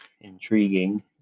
intriguing